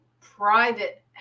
private